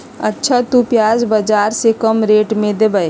अच्छा तु प्याज बाजार से कम रेट में देबअ?